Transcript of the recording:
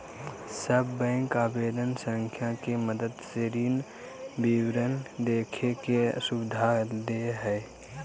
सब बैंक आवेदन संख्या के मदद से ऋण विवरण देखे के सुविधा दे हइ